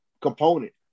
component